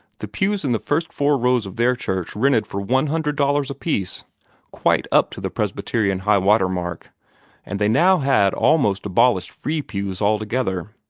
the pews in the first four rows of their church rented for one hundred dollars apiece quite up to the presbyterian highwater mark and they now had almost abolished free pews altogether.